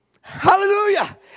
Hallelujah